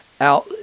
out